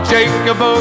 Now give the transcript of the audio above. Jacob